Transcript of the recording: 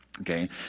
Okay